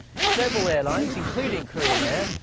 several airlines, including korean air,